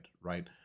Right